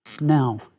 Now